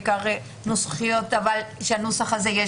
בעיקר נוסחיות אבל שלנוסח הזה יש